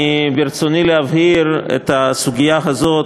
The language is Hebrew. ברצוני להבהיר את הסוגיה הזאת,